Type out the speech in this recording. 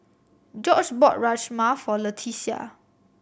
Gorge bought Rajma for Leticia